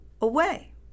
away